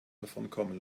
davonkommen